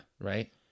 Right